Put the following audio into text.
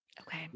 Okay